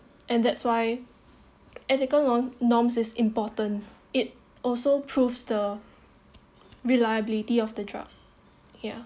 and that's why ethical norms norms is important it also proves the reliability of the drug yeah